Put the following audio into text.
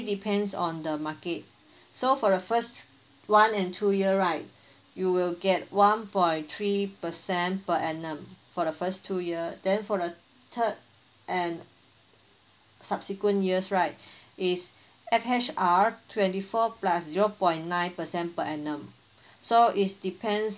depends on the market so for the first one and two year right you will get one point three percent per annum for the first two year then for the third and subsequent years right is F_H_R twenty four plus zero point nine percent per annum so is depends